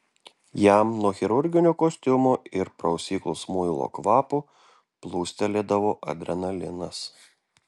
jam nuo chirurginio kostiumo ir prausyklos muilo kvapo plūstelėdavo adrenalinas